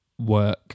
work